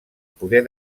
poder